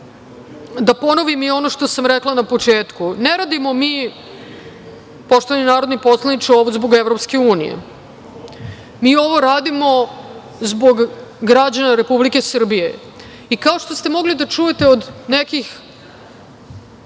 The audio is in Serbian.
da ponovim i ono što sam rekla na početku. Ne radimo mi poštovani narodni poslaniče, ovo zbog EU. Mi ovo radimo zbog građana Republike Srbije. Kao što ste mogli da čujete od nekih